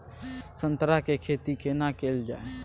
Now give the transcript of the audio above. संतरा के खेती केना कैल जाय?